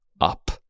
up